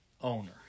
owner